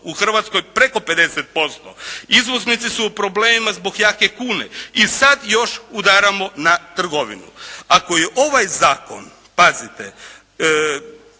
u Hrvatskoj preko 50%. Izvoznici su u problemima zbog jake kune. I sad još udaramo na trgovinu. Ako je ovaj zakon pazite